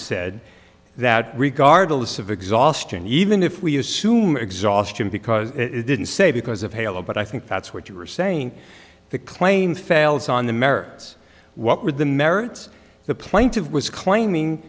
said that regardless of exhaustion even if we assume exhaustion because it didn't say because of halo but i think that's what you are saying the claim fails on the merits what were the merits the plaintive was claiming